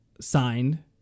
signed